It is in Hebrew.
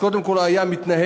קודם כול הוא היה מתנהג,